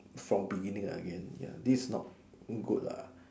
from beginning again this is not good lah